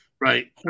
Right